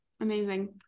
amazing